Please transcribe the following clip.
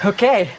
Okay